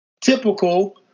Typical